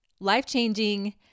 life-changing